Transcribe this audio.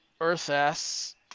Earth-S